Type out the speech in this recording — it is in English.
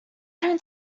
don’t